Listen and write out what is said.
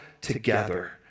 together